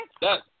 Yes